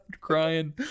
crying